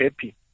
happy